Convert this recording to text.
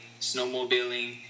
snowmobiling